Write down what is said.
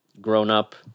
grown-up